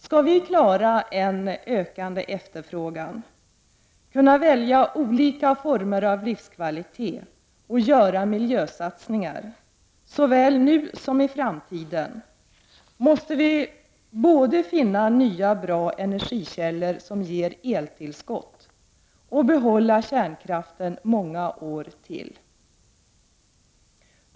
Skall vi klara en ökande elefterfrågan, kunna välja olika former av livskvalitet och göra miljösatsningar såväl nu som i framtiden, måste vi både finna nya bra energikällor som ger eltillskott och behålla kärnkraften många år till.